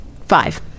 Five